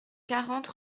quarante